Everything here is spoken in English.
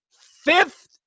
fifth